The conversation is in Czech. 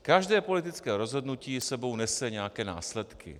Každé politické rozhodnutí s sebou nese nějaké následky.